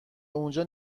اونجا